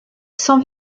sans